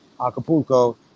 Acapulco